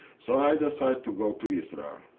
so i decide to go to israel.